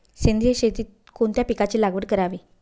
सेंद्रिय शेतीत कोणत्या पिकाची लागवड करावी?